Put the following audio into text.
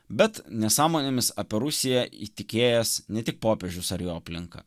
bet nesąmonėmis apie rusija įtikėjęs ne tik popiežius ar jo aplinka